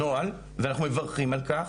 ואנחנו מברכים על כך.